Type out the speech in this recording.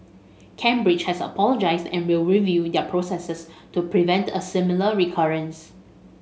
Cambridge has apologised and will review their processes to prevent a similar recurrence